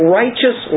righteous